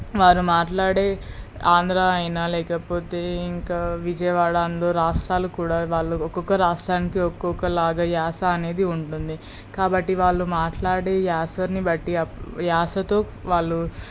వారు మాట్లాడే ఆంధ్రా అయినా లేకపోతే ఇంకా విజయవాడ అందు రాష్ట్రాలు కూడా వాళ్ళు ఒక్కొక్క రాష్ట్రానికి ఒక్కొక్కలాగా యాస అనేది ఉంటుంది కాబట్టి వాళ్ళు మాట్లాడే యాసని బట్టి అప్ యాసతో వాళ్ళు